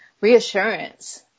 reassurance